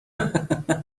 خنده